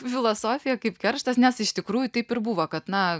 filosofija kaip kerštas nes iš tikrųjų taip ir buvo kad na